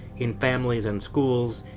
in families and schools,